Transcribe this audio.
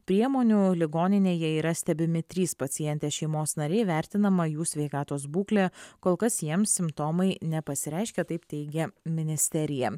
priemonių ligoninėje yra stebimi trys pacientės šeimos nariai vertinama jų sveikatos būklė kol kas jiems simptomai nepasireiškia taip teigia ministerija